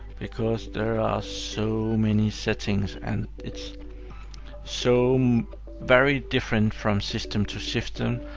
because there are so many settings, and it's so very different from system to system,